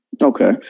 Okay